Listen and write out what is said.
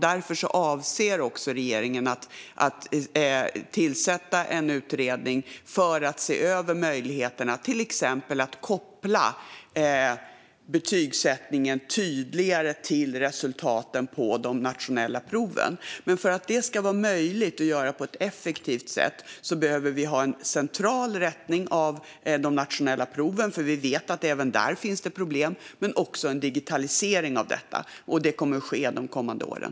Därför avser regeringen att tillsätta en utredning för att se över möjligheterna att till exempel tydligare koppla betygssättningen till resultaten på de nationella proven. För att det ska vara möjligt att göra detta på ett effektivt sätt behöver vi ha en central rättning av de nationella proven, för vi vet att det även där finns problem, men också en digitalisering av detta. Det kommer att ske de kommande åren.